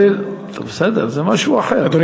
בסדר, זה משהו אחר.